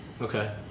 Okay